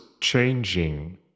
changing